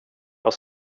jag